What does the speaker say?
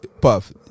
Puff